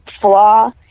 flaw